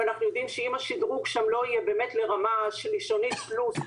אנחנו יודעים שאם השדרוג שם לא יהיה באמת לרמה של לישונית פלוס,